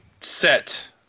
Set